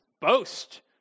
boast